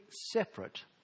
separate